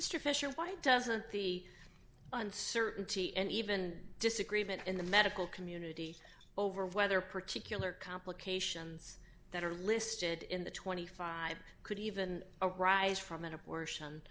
mr fisher why doesn't the uncertainty and even disagreement in the medical community over whether particular complications that are listed in the twenty five could even arise from an abortion